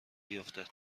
بیفته